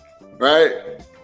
right